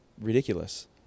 ridiculous